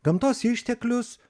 gamtos išteklius